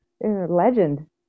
Legend